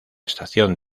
estación